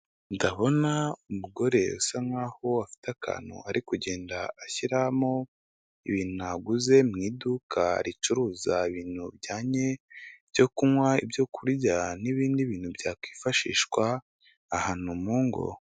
Ndabona umugore asa nk'aho afite akantu ari kugenda ashyiramo binaguze mu iduka ricuruza ibintuo bijyanye n'ibyo kunywa, ibyokurya n'ibindi bintu byakwifashishwa ahantu mu ngo.